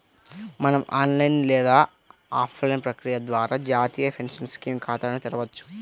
మనం ఆన్లైన్ లేదా ఆఫ్లైన్ ప్రక్రియ ద్వారా జాతీయ పెన్షన్ స్కీమ్ ఖాతాను తెరవొచ్చు